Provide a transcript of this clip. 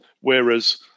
whereas